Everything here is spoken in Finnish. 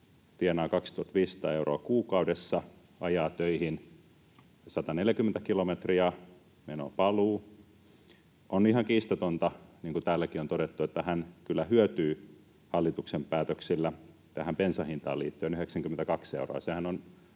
tienaa 2 500 euroa kuukaudessa ja joka ajaa töihin 140 kilometriä, meno-paluu, niin on ihan kiistatonta, niin kuin täälläkin on todettu, että hän kyllä hyötyy hallituksen päätöksillä tähän bensan hintaan liittyen 92 euroa,